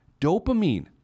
Dopamine